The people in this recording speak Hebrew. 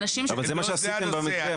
אבל זה מה שעשיתם במתווה.